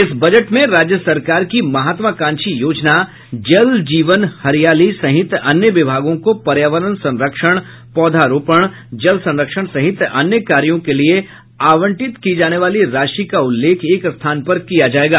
इस बजट में राज्य सरकार की महत्वाकांक्षी योजना जल जीवन हरियाली सहित अन्य विभागों को पर्यावरण सरंक्षण पौधा रोपण जल संरक्षण सहित अन्य कार्यो के लिए आवंटित की जाने वाली राशि का उल्लेख एक स्थान पर किया जायेगा